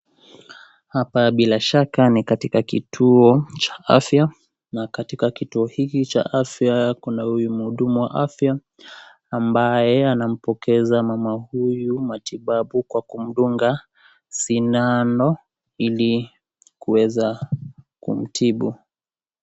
Haba bila shaka ni kituo cha afya na katika kiyuo hiki cha afya kuna muhudumu wa afya ambaye anampokeza mama huyu matibabu kwa kumdunga sindano ili kuweza kumtibu.